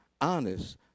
honest